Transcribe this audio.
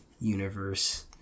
universe